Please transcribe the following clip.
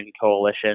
Coalition